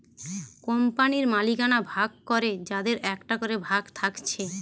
কোম্পানির মালিকানা ভাগ করে যাদের একটা করে ভাগ থাকছে